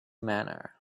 manner